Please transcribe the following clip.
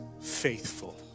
faithful